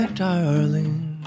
darling